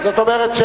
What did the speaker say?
זאת אומרת,